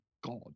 God